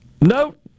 Nope